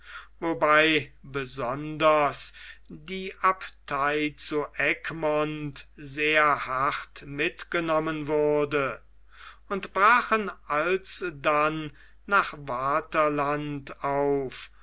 wobei besonders die abtei zu egmont sehr hart mitgenommen wurde und brachen alsdann nach waaterland auf